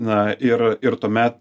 na ir ir tuomet